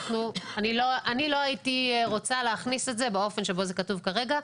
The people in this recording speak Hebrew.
ואני לא הייתי רוצה להכניס את זה באופן שבו זה כתוב כרגע,